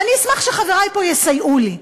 ואני אשמח אם חברי פה יסייעו לי: